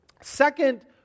Second